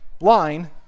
line